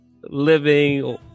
living